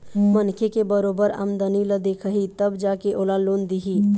मनखे के बरोबर आमदनी ल देखही तब जा के ओला लोन दिही